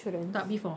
tak before